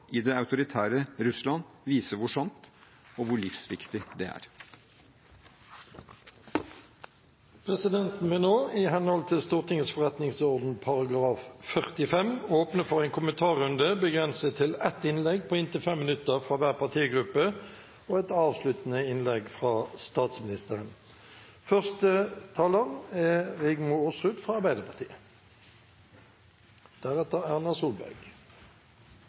i det autoritære Russland, viser hvor sant og hvor livsviktig det er. Presidenten vil nå, i henhold til Stortingets forretningsordens § 45, åpne for en kommentarrunde begrenset til ett innlegg på inntil 5 minutter fra hver partigruppe og et avsluttende innlegg fra statsministeren.